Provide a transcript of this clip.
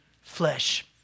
flesh